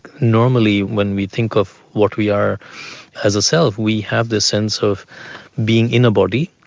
normally when we think of what we are as a self, we have the sense of being in a body,